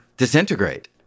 Disintegrate